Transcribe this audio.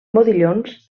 modillons